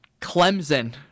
clemson